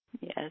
yes